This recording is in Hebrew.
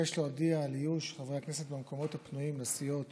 אבקש להודיע על איוש חברי הכנסת במקומות הפנויים לסיעות